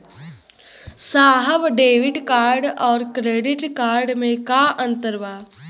साहब debit card और credit card में का अंतर बा?